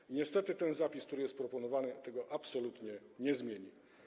I niestety ten zapis, który jest proponowany, tego absolutnie zmieni.